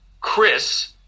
Chris